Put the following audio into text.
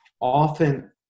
often